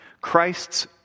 Christ's